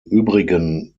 übrigen